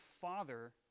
father